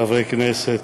חברי הכנסת,